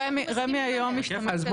מניה, רמ"י היום משתמשת בכפר כאילו --- אוקיי.